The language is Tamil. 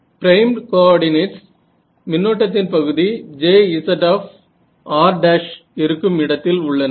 பிரைம்ட் கோஆர்டினேட்ஸ் மின்னோட்டத்தின் பகுதி Jsr′ இருக்கும் இடத்தில் உள்ளன